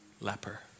leper